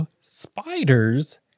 spiders